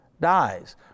dies